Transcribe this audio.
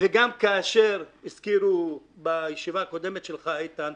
וגם כאשר הזכירו בישיבה הקודמת שלך, איתן,